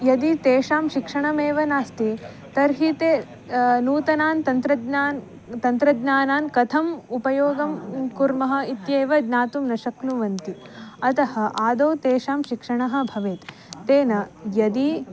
यदि तेषां शिक्षणमेव नास्ति तर्हि ते नूतनान् तन्त्रज्ञान् तन्त्रज्ञानानि कथम् उपयोगं कुर्मः इत्येव ज्ञातुं न शक्नुवन्ति अतः आदौ तेषां शिक्षणं भवेत् तेन यदि